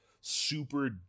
super